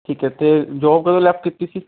ਠੀਕ ਹੈ ਅਤੇ ਜੋਬ ਕਦੋਂ ਲੈਫਟ ਕੀਤੀ ਸੀ